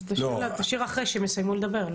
ואת השאלה תשאיר לאחרי שהם יסיימו לדבר.